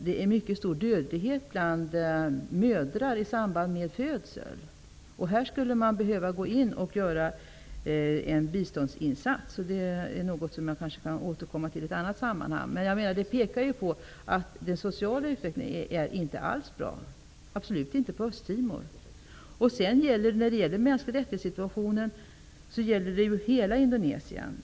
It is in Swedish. Det råder stor dödlighet bland mödrar i samband med förlossningar. Hör behöver det göras en biståndsinsats. Det är något som jag kan återkomma till i ett annat sammanhang. Det här pekar på att den sociala utvecklingen absolut inte är bra på Östtimor. Frågan om mänskliga rättigheter gäller hela Indonesien.